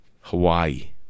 Hawaii